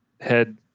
head